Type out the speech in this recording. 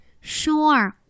sure